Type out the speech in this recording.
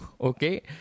okay